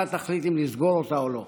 אתה תחליט אם לסגור אותה או לא.